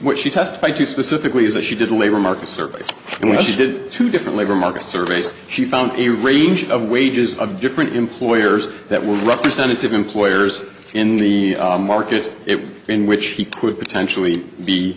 what she testified to specifically is that she did a labor market survey and when she did two different labor market surveys she found a range of wages of different employers that were representative employers in the market it in which he could potentially be